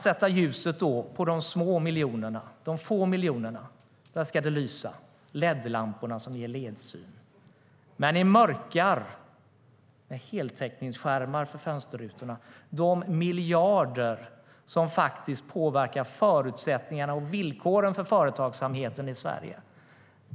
sätter man ljuset på de små miljonerna, de få miljonerna. Där ska LED-lamporna som ger ledsyn lysa. Men ni mörkar med heltäckningsskärmar för fönsterrutorna de miljarder som påverkar förutsättningarna och villkoren för företagsamheten i Sverige.